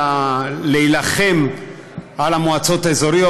ולהילחם על המועצות האזוריות,